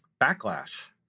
backlash